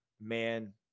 man